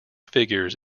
figures